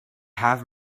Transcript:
have